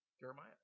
Jeremiah